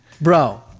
Bro